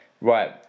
Right